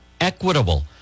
equitable